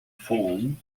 form